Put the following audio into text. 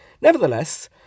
Nevertheless